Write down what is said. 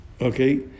Okay